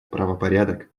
правопорядок